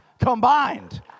combined